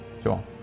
Sure